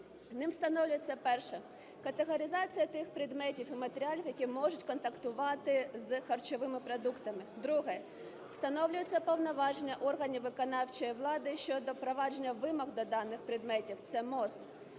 Ним встановлюється: Перше. Категоризація тих предметів і матеріалів, які можуть контактувати з харчовими продуктами. Друге. Встановлюються повноваження органів виконавчої влади щодо впровадження вимог до даних предметів - це МОЗ.